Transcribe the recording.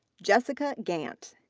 jessica gant,